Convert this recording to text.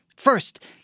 First